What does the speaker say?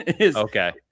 Okay